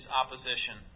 opposition